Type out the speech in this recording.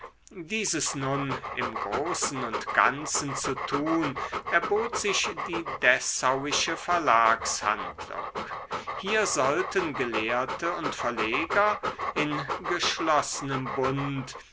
dieses nun im großen und ganzen zu tun erbot sich die dessauische verlagshandlung hier sollten gelehrte und verleger in geschlossenem bund